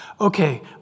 Okay